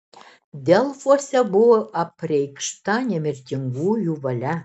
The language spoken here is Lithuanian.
delfuose buvo apreikšta nemirtingųjų valia